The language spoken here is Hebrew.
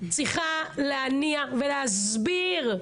צריכה להניע ולהסביר,